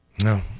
No